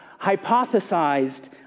hypothesized